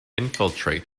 infiltrate